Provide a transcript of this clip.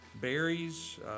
berries